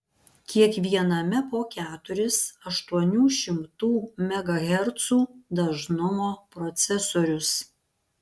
kiekviename po keturis aštuonių šimtų megahercų dažnumo procesorius